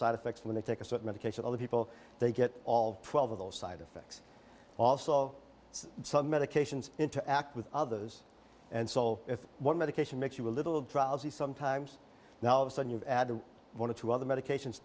side effects when they take a certain medication all the people they get all twelve of those side effects also some medications interact with others and soul if one medication makes you a little drowsy sometimes now add to one or two other medications